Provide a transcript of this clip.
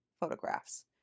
photographs